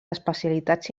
especialitats